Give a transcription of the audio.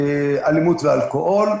אלימות ואלכוהול.